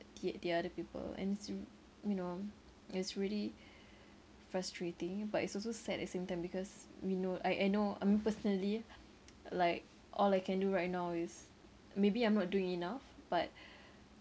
the the other people and su~ you know it's really frustrating but it's also sad at the same time because we know I I know I'm personally like all I can do right now is maybe I'm not doing enough but